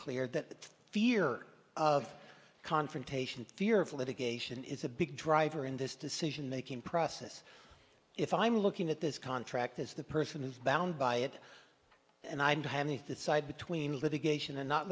clear that fear of confrontation fear of litigation is a big driver in this decision making process if i'm looking at this contract as the person is bound by it and i'm damned if that side between litigation and not